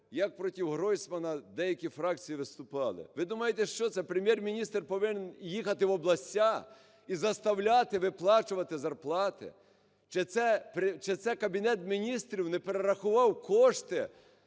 як протиГройсмана деякі фракції виступали. Ви думаєте, що це Прем'єр-міністр повинен їхати в області і заставляти виплачувати зарплати? Чи це Кабінет Міністрів не перерахував кошти